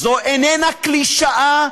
כולנו יהודים,